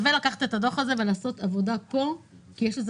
שווה לקחת את הדוח הזה ולעשות עבודה פה כי יש לזה